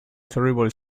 terrible